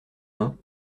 mains